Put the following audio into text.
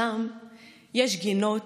שם יש גינות,